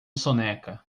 soneca